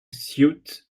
suit